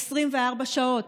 24 שעות.